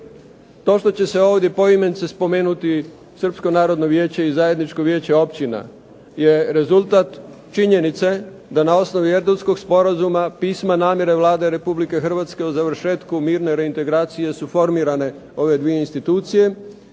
to što će se ovdje poimence spomenuti Srpsko narodno vijeće i Zajedničko vijeće općina je rezultat činjenica da na osnovi Erdutskog sporazuma, pisma namjere Vlade Republike Hrvatske o završetku mirne reintegracije su formirane ove dvije institucije